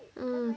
mm